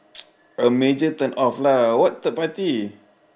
a major turn off lah what third party